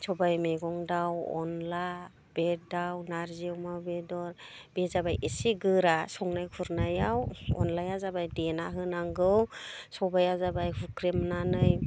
सबाइ मैगं दाउ अनद्ला बे दाउ अमा नारजि अमा बेदर बे जाबाय एसे गोरा संनाय खुरनायाव अनलाया जाबाय देना होनांगौ सबाइया जाबाय हुख्रेमनानै